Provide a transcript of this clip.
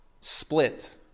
split